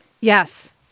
yes